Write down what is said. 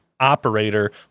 operator